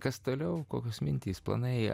kas toliau kokios mintys planai